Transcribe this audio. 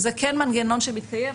זה כן מנגנון שמתקיים.